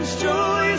Joy